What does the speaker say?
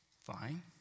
Fine